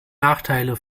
nachteile